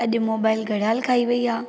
अॼु मोबाइल घड़ियाल खाए वेई आहे